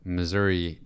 Missouri